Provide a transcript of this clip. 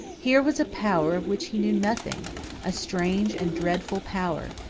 here was a power of which he knew nothing a strange and dreadful power.